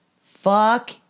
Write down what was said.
Fuck